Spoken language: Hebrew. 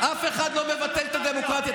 אף אחד לא מבטל את הדמוקרטיה.